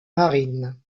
marine